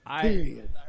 Period